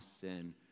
sin